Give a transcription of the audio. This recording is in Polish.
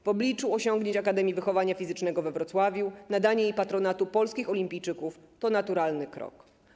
W obliczu osiągnięć Akademii Wychowania Fizycznego we Wrocławiu nadanie jej patronatu polskich olimpijczyków to naturalny krok.